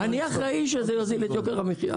אני אחראי שזה יוזיל את יוקר המחיה.